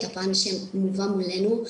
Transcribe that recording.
הפן שמובא מולנו,